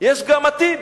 יש גם עתיד,